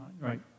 right